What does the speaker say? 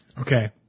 Okay